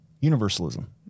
Universalism